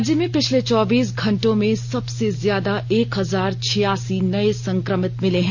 राज्य में पिछले चौबीस घंटों में सबसे ज्यादा एक हजार छियासी नए संक्रमित मिले हैं